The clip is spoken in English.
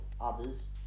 others